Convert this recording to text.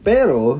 Pero